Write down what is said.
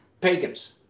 pagans